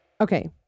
Okay